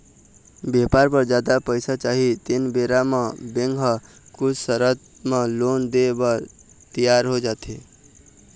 बेपार बर जादा पइसा चाही तेन बेरा म बेंक ह कुछ सरत म लोन देय बर तियार हो जाथे